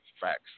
Facts